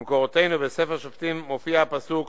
במקורותינו, בספר שופטים, מופיע הפסוק: